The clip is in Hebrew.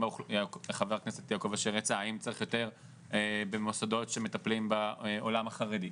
חה"כ אשר כבר יצא אבל האם צריך יותר במוסדות שמטפלים בעולם החרדי.